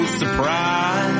surprise